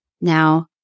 Now